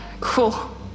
Cool